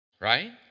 Right